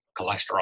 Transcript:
cholesterol